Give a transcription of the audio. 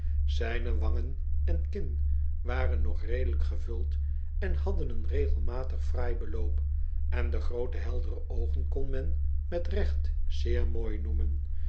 zijne wangen en kin waren nog redelijk gevuld en hadden een regelmatig fraai beloop en de groote heldere oogen kon men met recht zeer mooi noemen